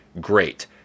Great